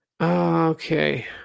okay